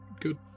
good